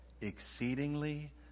exceedingly